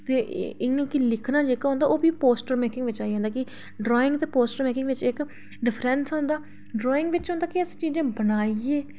ते एह् जेह्का लिखना होंदा ओह् पोस्टर मेकिंग बिच आई जंदा ड्राइंग ते पोस्टर मेकिंग बिच इक फर्क होंदा ते ड्राइंग बिच होंदा कि अस चीज़ां बनाइयै